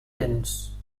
dents